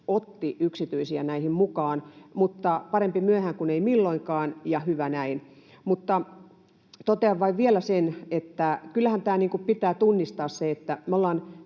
otti yksityisiä näihin mukaan, mutta parempi myöhään kuin ei milloinkaan ja hyvä näin. Mutta totean vain vielä sen, että kyllähän pitää tunnistaa se, että meillä